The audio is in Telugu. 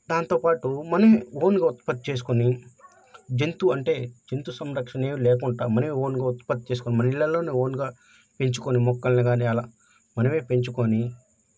దాంతోపాటు మనం ఓన్గా ఉత్పత్తి చేసుకొని జంతు అంటే జంతు సంరక్షణే లేకుంటా మనే ఓన్గా ఉత్పత్తి చేసుకొని మన ఇళ్ళలోనే ఓన్గా పెంచుకొని మొక్కల్ని కానీ అలా మనమే పెంచుకొని